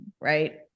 right